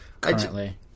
currently